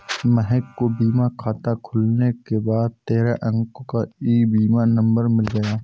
महक को बीमा खाता खुलने के बाद तेरह अंको का ई बीमा नंबर मिल गया